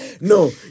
No